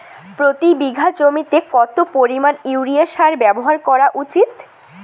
প্রতি বিঘা জমিতে কত পরিমাণ ইউরিয়া সার ব্যবহার করা উচিৎ?